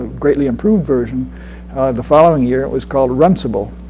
ah greatly improved version the following year. it was called runcible.